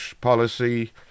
policy